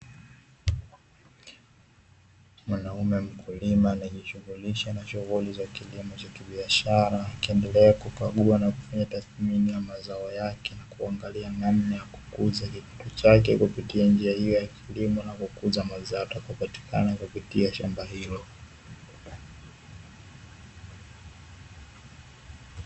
Mwanaume mkulima anayejishughulisha na shughuli za kilimo cha kibiashara akiendelea kukagua na kufanya tathimini ya mazao yake, kuangalia namna ya kukuza kilimo chake kupitia njia hii ya kilimo na kukuza mazao yatakayopatikana kupitia shamba hilo.